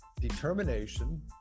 determination